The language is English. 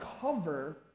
cover